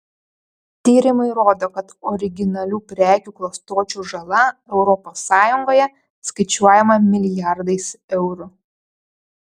tyrimai rodo kad originalių prekių klastočių žala europos sąjungoje skaičiuojama milijardais eurų